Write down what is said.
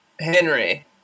Henry